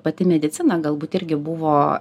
pati medicina galbūt irgi buvo